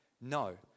No